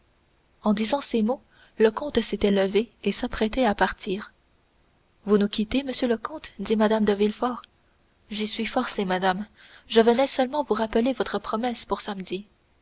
en disant ces mots le comte s'était levé et s'apprêtait à partir vous nous quittez monsieur le comte dit mme de villefort j'y suis forcé madame je venais seulement vous rappeler votre promesse pour samedi